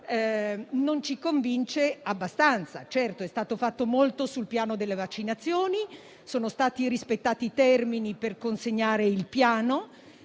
convincente. Certo, è stato fatto molto sul piano delle vaccinazioni, sono stati rispettati i termini per consegnare il Piano,